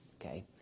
Okay